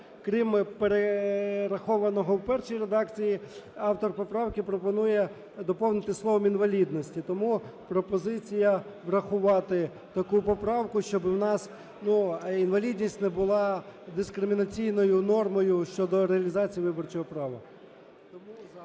крім перерахованого в першій редакції, автор поправки пропонує доповнити словом "інвалідності". Тому пропозиція врахувати таку поправку, щоб у нас інвалідність не була дискримінаційною нормою щодо реалізації виборчого права.